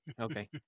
Okay